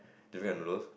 different kind of noodles